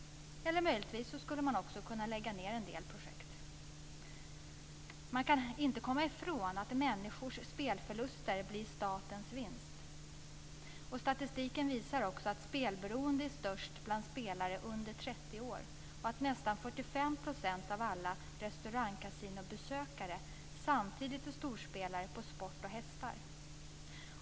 Man skulle också möjligtvis kunna lägga ned en del projekt. Man kan inte komma ifrån att människors spelförluster blir statens vinst. Statistiken visar också att spelberoendet är störst bland spelare under 30 år och att nästan 45 % av alla restaurangkasinobesökare samtidigt är storspelare på sport och hästar.